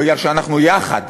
בגלל שאנחנו יחד.